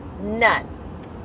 None